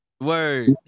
Word